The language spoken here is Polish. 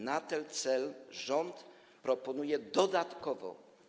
Na ten cel rząd proponuje dodatkowo.